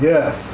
Yes